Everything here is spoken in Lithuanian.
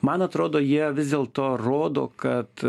man atrodo jie vis dėlto rodo kad